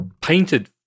painted